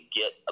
get